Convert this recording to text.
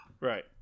Right